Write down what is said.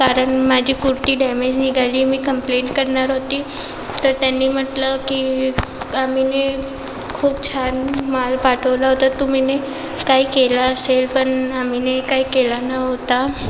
कारण माझी कुर्ती डॅमेज निघाली मी कंप्लेंट करणार होती तर त्यांनी म्हटलं की आम्ही खूप छान माल पाठवला होता तुम्ही काय केलं असेल पण आम्ही काही केला नव्हता